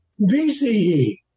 BCE